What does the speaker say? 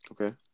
Okay